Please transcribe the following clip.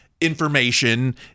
Information